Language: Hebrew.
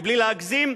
מבלי להגזים,